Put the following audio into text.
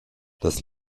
das